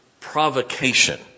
provocation